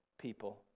people